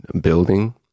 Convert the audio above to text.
building